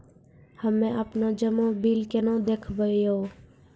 हम्मे आपनौ जमा बिल केना देखबैओ?